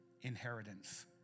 inheritance